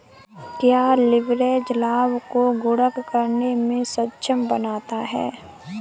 क्या लिवरेज लाभ को गुणक करने में सक्षम बनाता है?